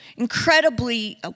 incredibly